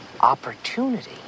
Opportunity